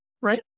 right